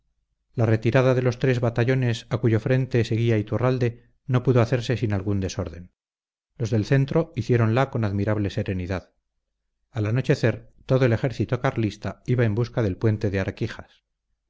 la retirada de los tres batallones a cuyo frente seguía iturralde no pudo hacerse sin algún desorden los del centro hiciéronla con admirable serenidad al anochecer todo el ejército carlista iba en busca del puente de